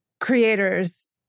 creators